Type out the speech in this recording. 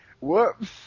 Whoops